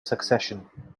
succession